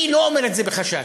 אני לא אומר את זה בחשש.